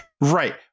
Right